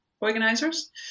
organizers